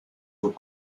were